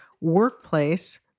workplace